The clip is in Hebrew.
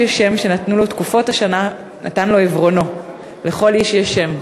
יש שם/ שנתנו לו תקופות השנה/ ונתן לו עיוורונו.// לכל איש יש שם".